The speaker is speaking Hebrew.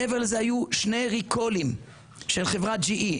מעבר לזה היו שני recall של חברת GE,